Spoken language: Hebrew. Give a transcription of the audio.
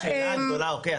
כי השאלה הגדולה אוקיי,